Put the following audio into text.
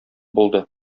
булды